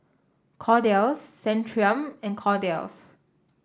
Kordel's Centrum and Kordel's